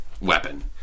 weapon